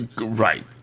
Right